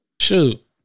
shoot